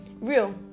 Real